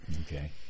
Okay